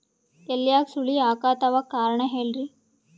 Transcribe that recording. ಎಲ್ಯಾಗ ಸುಳಿ ಯಾಕಾತ್ತಾವ ಕಾರಣ ಹೇಳ್ರಿ?